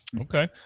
Okay